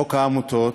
חוק העמותות,